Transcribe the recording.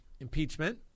impeachment